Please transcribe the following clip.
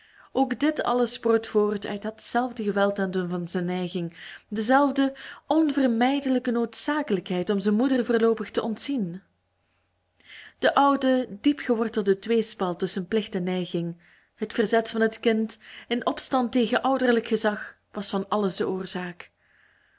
ook dit alles sproot voort uit dat zelfde geweld aandoen van zijn neiging de zelfde onvermijdelijke noodzakelijkheid om zijn moeder voorloopig te ontzien de oude diep gewortelde tweespalt tusschen plicht en neiging het verzet van het kind in opstand tegen ouderlijk gezag was van alles de oorzaak